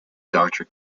doctor